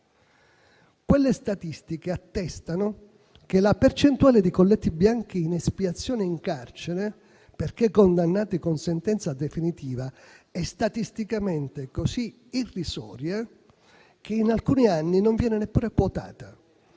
Quelle statistiche attestano che la percentuale dei colletti bianchi in espiazione in carcere, perché condannati con sentenza definitiva, è statisticamente così irrisoria che in alcuni anni non viene neppure quotata: